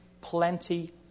plenty